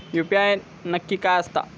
UPI नक्की काय आसता?